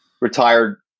retired